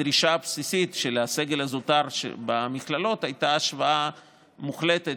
הדרישה הבסיסית של הסגל הזוטר במכללות הייתה השוואה מוחלטת